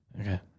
Okay